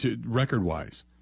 record-wise